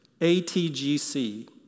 A-T-G-C